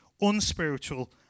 unspiritual